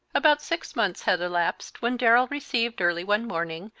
about six months had elapsed when darrell received, early one morning,